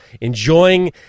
enjoying